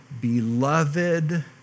beloved